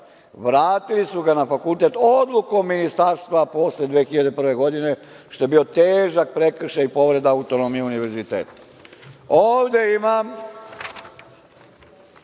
Vratili su ga na fakultet odlukom ministarstva posle 2001. godine, što je bio težak prekršaj i povreda autonomije univerziteta. Ovde imam,